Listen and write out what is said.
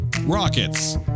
Rockets